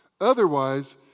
Otherwise